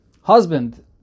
husband